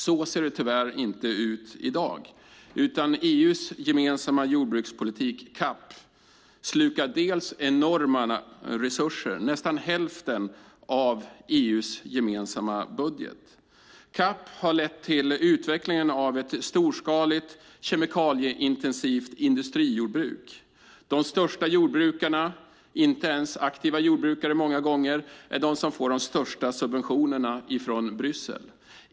Så ser det tyvärr inte ut i dag, utan EU:s gemensamma jordbrukspolitik, CAP, slukar enorma resurser - nästan hälften av EU:s gemensamma budget. CAP har lett till utvecklingen av ett storskaligt, kemikalieintensivt industrijordbruk. De största jordbrukarna, som många gånger inte ens är aktiva jordbrukare, är de som får de största subventionerna från Bryssel.